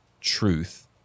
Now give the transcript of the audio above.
truth